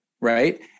right